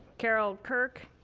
carol kirk,